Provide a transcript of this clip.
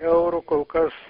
eurų kol kas